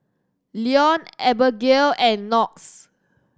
Leone Abagail and Knox